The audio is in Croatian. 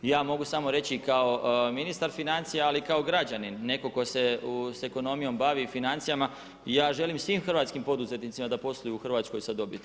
Ja mogu samo reći kao ministar financija, ali i kao građanin, netko tko se s ekonomijom bavi i financijama, ja želim svim hrvatskim poduzetnicima da posluju u Hrvatskoj sa dobiti.